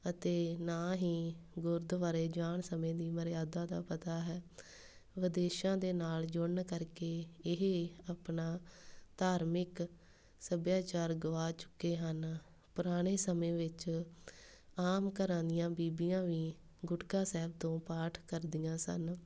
ਅਤੇ ਨਾ ਹੀ ਗੁਰਦੁਆਰੇ ਜਾਣ ਸਮੇਂ ਦੀ ਮਰਿਆਦਾ ਦਾ ਪਤਾ ਹੈ ਵਿਦੇਸ਼ਾਂ ਦੇ ਨਾਲ ਜੁੜਨ ਕਰਕੇ ਇਹ ਆਪਣਾ ਧਾਰਮਿਕ ਸੱਭਿਆਚਾਰ ਗਵਾ ਚੁੱਕੇ ਹਨ ਪੁਰਾਣੇ ਸਮੇਂ ਵਿੱਚ ਆਮ ਘਰਾਂ ਦੀਆਂ ਬੀਬੀਆਂ ਵੀ ਗੁਟਕਾ ਸਾਹਿਬ ਤੋਂ ਪਾਠ ਕਰਦੀਆਂ ਸਨ